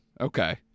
okay